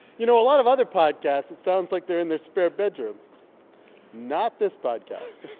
you know, a lot of other podcasts, it sounds like they're in their spare bedroom not this podcast